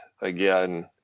again